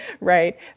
right